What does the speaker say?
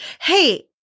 Hey